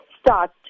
start